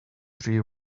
tree